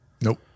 Nope